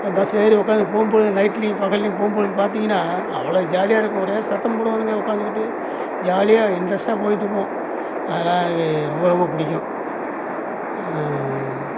அது பஸ்ஸு ஏறி உக்கார்ந்து போகும்பொழுது நைட்டுலையும் பகல்லையும் போகும்பொழுது பார்த்தீங்கன்னா அவ்வளோ ஜாலியாக இருக்கும் ஒரே சத்தம் போடுவானுங்க உக்காந்துகிட்டு ஜாலியாக இன்ட்ரெஸ்ட்டாக போயிட்டிருப்போம் அதுலாம் எனக்கு ரொம்ப ரொம்ப பிடிக்கும்